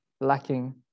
lacking